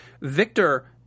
Victor